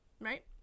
right